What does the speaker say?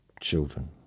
children